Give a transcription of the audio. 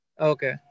Okay